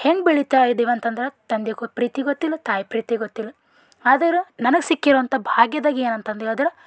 ಹೆಂಗೆ ಬೆಳೀತಾ ಇದ್ದೀವಿ ಅಂತ ಅಂದ್ರೆ ತಂದೆ ಗೊ ಪ್ರೀತಿ ಗೊತ್ತಿಲ್ಲ ತಾಯಿ ಪ್ರೀತಿ ಗೊತ್ತಿಲ್ಲ ಆದರೆ ನನಗೆ ಸಿಕ್ಕಿರುವಂಥ ಭಾಗ್ಯದಾಗ ಏನು ಅಂತಂದೇಳದ್ರೆ